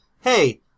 hey